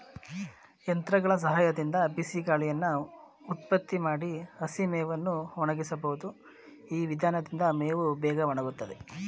ಯಂತ್ರಗಳ ಸಹಾಯದಿಂದ ಬಿಸಿಗಾಳಿಯನ್ನು ಉತ್ಪತ್ತಿ ಮಾಡಿ ಹಸಿಮೇವನ್ನು ಒಣಗಿಸಬಹುದು ಈ ವಿಧಾನದಿಂದ ಮೇವು ಬೇಗ ಒಣಗುತ್ತದೆ